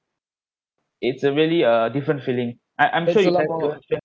it's a really a different feeling I I'm sure you like